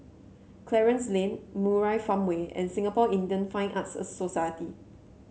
Clarence Lane Murai Farmway and Singapore Indian Fine Arts Society